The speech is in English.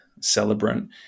celebrant